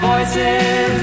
Voices